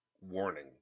warning